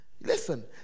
listen